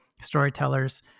storytellers